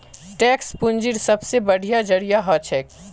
tax पूंजीर सबसे बढ़िया जरिया हछेक